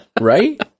Right